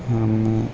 અમે